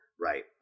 right